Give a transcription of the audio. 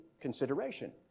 consideration